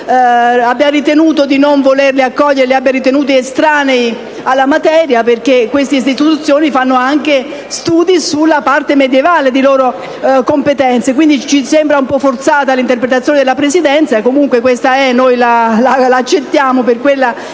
emendamenti. Spiace che la Presidenza li abbia ritenuti estranei alla materia, perché queste istituzioni fanno anche studi sulla parte medievale di loro competenza. Quindi, ci sembra un po' forzata l'interpretazione della Presidenza; comunque, questa è, e noi la accettiamo per quella